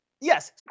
Yes